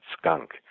skunk